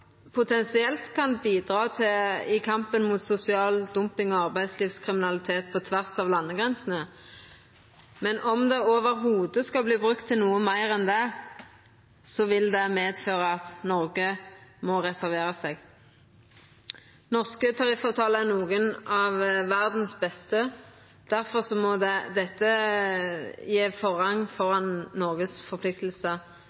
potensielt kan bidra i kampen mot sosial dumping og arbeidslivskriminalitet på tvers av landegrensene. Men om det i det heile skulle verta brukt til noko meir enn det, ville det medføra at Noreg må reservera seg. Norske tariffavtalar er nokre av dei beste i verda. Difor må dei få forrang